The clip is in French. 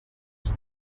qui